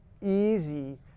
easy